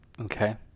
Okay